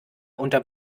unter